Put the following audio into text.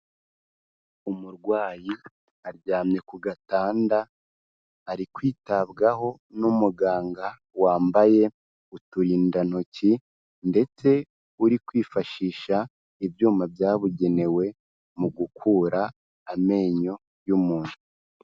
Umurwayi aryamye ku gatanda ari kwitabwaho n'umuganga wambaye uturindantoki ndetse uri kwifashisha ibyuma byabugenewe mu gukura amenyo y'umuntu.